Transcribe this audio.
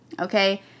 okay